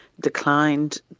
declined